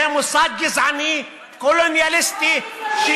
זה מוסד גזעני, קולוניאליסטי, הכול גזעני.